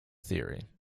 theory